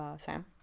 Sam